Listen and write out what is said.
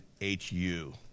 H-U